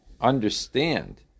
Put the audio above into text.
understand